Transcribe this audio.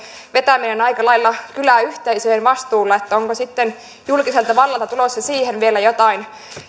vetäminen on aika lailla kyläyhteisöjen vastuulla että onko sitten julkiselta vallalta tulossa siihen vielä jotain